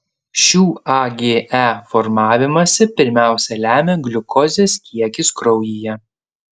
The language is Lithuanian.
šių age formavimąsi pirmiausia lemia gliukozės kiekis kraujyje